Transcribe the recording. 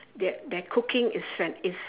their their cooking is fan~ is